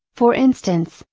for instance,